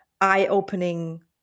eye-opening